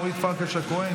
אורית פרקש הכהן,